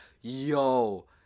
yo